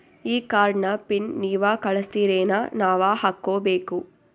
ಈ ಕಾರ್ಡ್ ನ ಪಿನ್ ನೀವ ಕಳಸ್ತಿರೇನ ನಾವಾ ಹಾಕ್ಕೊ ಬೇಕು?